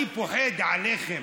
אני פוחד עליכם.